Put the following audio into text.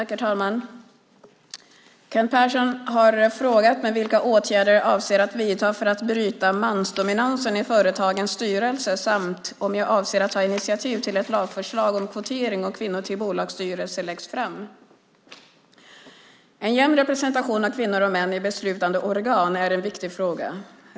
Herr talman! Kent Persson har frågat mig vilka åtgärder jag avser att vidta för att bryta mansdominansen i företagens styrelser samt om jag avser att ta initiativ till att ett lagförslag om kvotering av kvinnor till bolagsstyrelser läggs fram. En jämn representation av kvinnor och män i beslutande organ är en viktig fråga.